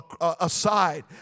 aside